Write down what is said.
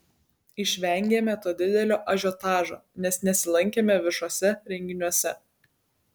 išvengėme to didelio ažiotažo nes nesilankėme viešuose renginiuose